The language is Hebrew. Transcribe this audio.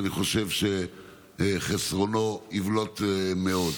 ואני חושב שחסרונו יבלוט מאוד.